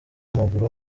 w’amaguru